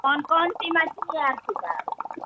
کون کون سی مچھلی ہے آپ کے پاس